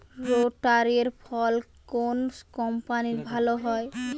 রোটারের ফল কোন কম্পানির ভালো?